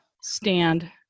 stand